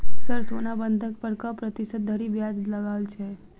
Sir सोना बंधक पर कऽ प्रतिशत धरि ब्याज लगाओल छैय?